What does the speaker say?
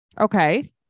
Okay